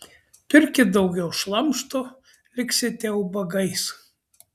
pirkit daugiau šlamšto liksite ubagais